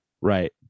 Right